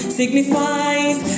signifies